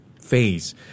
phase